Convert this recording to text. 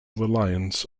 reliance